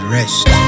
rest